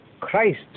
Christ